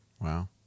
Wow